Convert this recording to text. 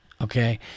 okay